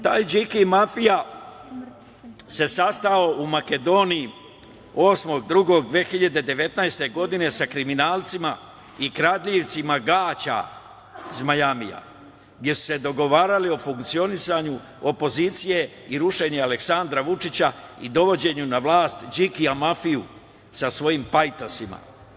Taj Điki mafija se sastao u Makedoniji 8.2.2019. godine sa kriminalcima i kradljivcima gaća iz Majamija gde su se dogovarali o funkcionisanju opozicije i rušenju Aleksandra Vučića i dovođenju na vlast Đikija mafije sa svojim pajtosima.